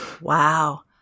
wow